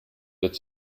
that